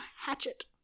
Hatchet